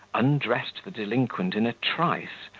undressed the delinquent in a trice,